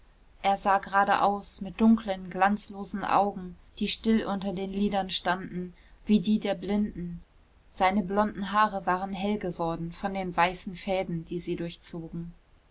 er sah geradeaus mit dunklen glanzlosen augen die still unter den lidern standen wie die der blinden seine blonden haare waren hell geworden von den weißen fäden die sie durchzogen